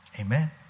Amen